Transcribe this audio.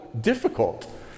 difficult